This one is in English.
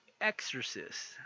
Exorcist